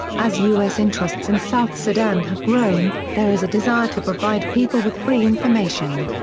as u s. interests in south sudan have grown, there is a desire to provide people with free information.